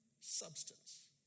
substance